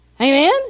Amen